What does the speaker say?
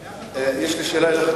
יש לי שאלה אליך,